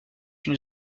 une